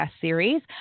series